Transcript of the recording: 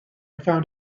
found